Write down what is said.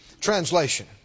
Translation